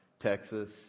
Texas